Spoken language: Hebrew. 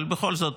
אבל בכל זאת,